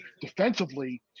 Defensively